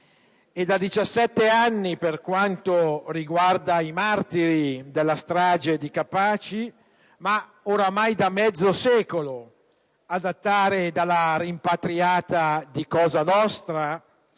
Da 17 anni per quanto riguarda i martiri della strage di Capaci, ma ormai da mezzo secolo, a datare dalla rimpatriata di Cosa nostra,